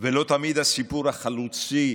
ולא תמיד הסיפור החלוצי